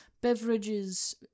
beverages